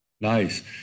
Nice